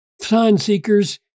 sign-seekers